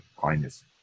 kindness